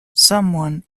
someone